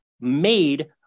made